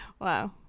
Wow